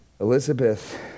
Elizabeth